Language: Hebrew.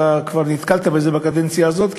אתה כבר נתקלת בזה בקדנציה הזאת,